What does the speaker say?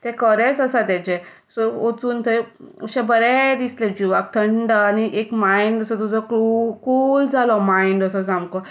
तें खरेंच आसा ताजें सो वचून थंय अशें बरें दिसलें जिवाक थंड आनी एक मायंड असो तुजो क्लू कूल जालो मायंड असो सामको